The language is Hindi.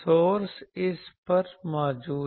सोर्स इस पर मौजूद है